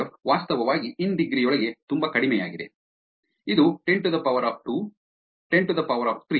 F ವಾಸ್ತವವಾಗಿ in degree ಯೊಳಗೆ ತುಂಬಾ ಕಡಿಮೆಯಾಗಿದೆ ಇದು 102 103